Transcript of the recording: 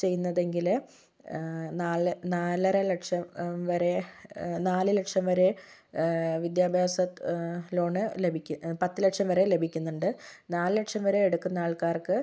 ചെയ്യുന്നതെങ്കില് നാല് നാലര ലക്ഷം വരെ നാല് ലക്ഷം വരെ വിദ്യാഭ്യാസ ലോൺ ലഭിക്കും പത്ത് ലക്ഷം വരെ ലഭിക്കുന്നുണ്ട് നാല് ലക്ഷം വരെ എടുക്കുന്ന ആൾക്കാർക്ക്